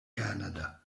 canada